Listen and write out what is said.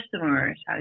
customers